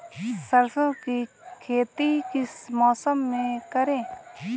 सरसों की खेती किस मौसम में करें?